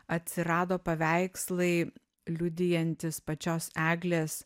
atsirado paveikslai liudijantys pačios eglės